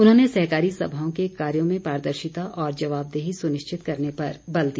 उन्होंने सहकारी सभाओं के कार्यों में पारदर्शिता और जवाबदेही सुनिश्चित करने पर बल दिया